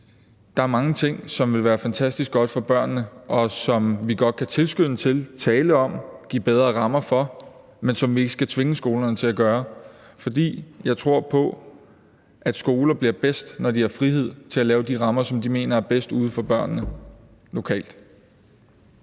Der er mange ting, som ville være fantastisk gode for børnene, og som vi godt kan tilskynde til, tale om, give bedre rammer for, men som vi ikke skal tvinge skolerne til at gøre, for jeg tror på, at skoler bliver bedst, når de har frihed til at lave de rammer, som de mener er bedst for børnene ude lokalt.